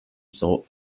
sought